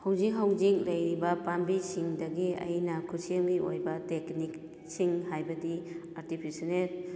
ꯍꯧꯖꯤꯛ ꯍꯧꯖꯤꯛ ꯂꯩꯔꯤꯕ ꯄꯥꯝꯕꯤꯁꯤꯡꯗꯒꯤ ꯑꯩꯅ ꯈꯨꯁꯦꯝꯒꯤ ꯑꯣꯏꯕ ꯇꯦꯛꯅꯤꯛꯁꯤꯡ ꯍꯥꯏꯕꯗꯤ ꯑꯥꯔꯇꯤꯐꯤꯁꯤꯅꯦꯠ